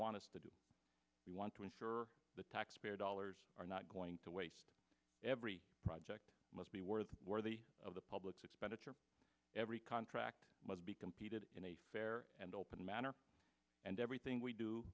want us to do we want to ensure the taxpayer dollars are not going to waste every project must be worth worthy of the public's expenditure every contract must be competed in a fair and open manner and everything we do